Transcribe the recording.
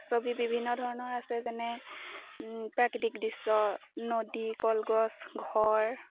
ছবি বিভিন্ন ধৰণৰ আছে যেনে প্ৰাকৃতিক দৃশ্য নদী কলগছ ঘৰ